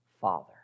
Father